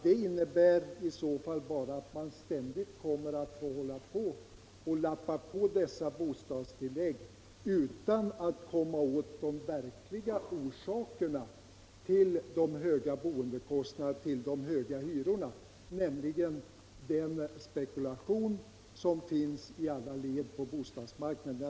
Det innebär i så fall att man ständigt får lappa på dessa bostadstillägg utan att komma åt de verkliga orsakerna till de höga boendekostnaderna och hyrorna, nämligen den spekulation som förekommer i alla led på bostadsmarknaden.